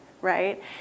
right